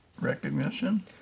recognition